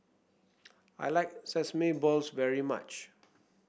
I like Sesame Balls very much